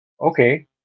okay